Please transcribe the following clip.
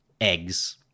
eggs